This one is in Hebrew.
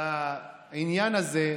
לעניין הזה,